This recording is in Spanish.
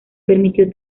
permitió